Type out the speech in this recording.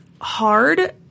hard